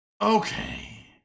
Okay